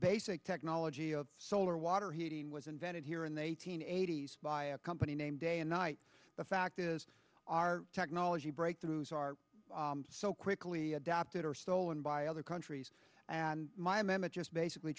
basic technology of solar water heating was invented here in a teen eighty's by a company name day and night the fact is our technology breakthroughs are so quickly adopted or stolen by other countries and my mema just basically